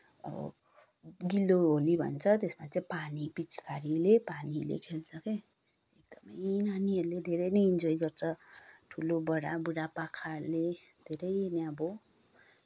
अब गिलो होली भन्छ त्यसमा चाहिँ पानी पिचकारीले पानीले खेल्छ के एकदमै नानीहरूले धेरै नै इन्जोय गर्छ ठुलोबडा बुढापाकाहरूले धेरै नै अब